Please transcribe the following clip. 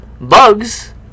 bugs